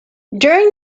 during